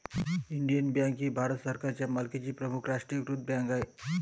Indian Bank ही भारत सरकारच्या मालकीची प्रमुख राष्ट्रीयीकृत बँक आहे